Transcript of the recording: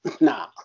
Nah